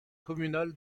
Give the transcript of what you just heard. communal